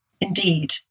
Indeed